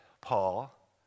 Paul